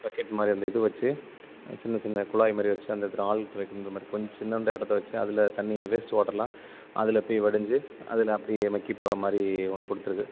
bucket மாதிரி அந்த இது வச்சு சின்ன சின்ன குழாய் மாதிரி வச்சு அந்த இடத்துல ஆழ்துளை கிணறு மாதிரி கொஞ்ச சின்னுாண்டு இடத்த வச்சு அதில் தண்ணியை வேஸ்ட் வாட்ரெலாம் அதில் போய் வடிஞ்சு அதில் அப்படியே மக்கி போகிற மாதிரி ஒன்று கொடுத்துருக்கு